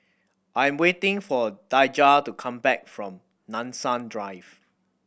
I am waiting for Daijah to come back from Nanson Drive